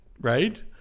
right